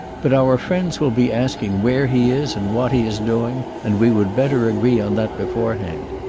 but our friends will be asking where he is and what he is doing, and we would better agree on that beforehand.